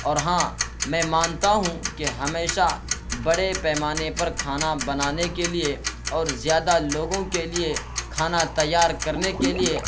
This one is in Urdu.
اور ہاں میں مانتا ہوں کہ ہمیشہ بڑے پیمانے پر کھانا بنانے کے لیے اور زیادہ لووگں کے لیے کھانا تیار کرنے کے لیے